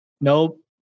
nope